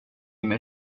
med